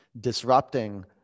disrupting